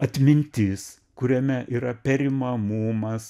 atmintis kuriame yra perimamumas